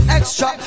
extra